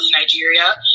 Nigeria